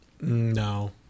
No